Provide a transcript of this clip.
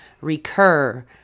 recur